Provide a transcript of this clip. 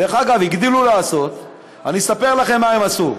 דרך אגב, הגדילו לעשות, אני אספר לכם מה הם עשו.